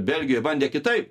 belgija bandė kitaip